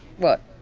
what,